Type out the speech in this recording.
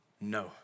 no